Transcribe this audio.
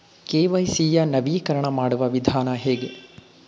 KYC ಯ ನವೀಕರಣ ಮಾಡುವ ವಿಧಾನ ಹೇಗೆ?